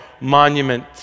Monument